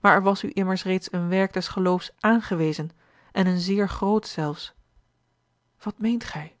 maar er was u immers reeds een werk des geloofs aangewezen en een zeer groot zelfs wat meent gij